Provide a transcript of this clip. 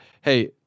hey